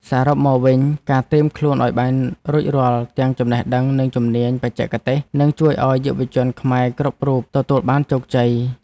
សរុបមកវិញ ការត្រៀមខ្លួនឱ្យបានរួចរាល់ទាំងចំណេះដឹង និងជំនាញបច្ចេកទេសនឹងជួយឱ្យយុវជនខ្មែរគ្រប់រូបទទួលបានជោគជ័យ។